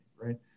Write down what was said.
right